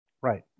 Right